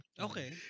Okay